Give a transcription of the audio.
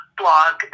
blog